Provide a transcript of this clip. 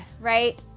right